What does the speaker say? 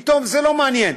פתאום זה לא מעניין,